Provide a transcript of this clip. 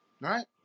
Right